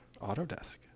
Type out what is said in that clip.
Autodesk